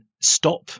stop